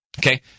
Okay